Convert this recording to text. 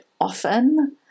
often